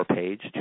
page